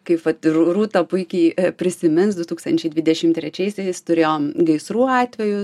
kai vat rū rūta puikiai prisimins du tūkstančiai dvidešimt trečiaisiais turėjom gaisrų atvejus